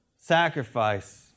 sacrifice